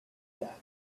that